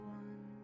one